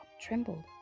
trembled